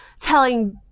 telling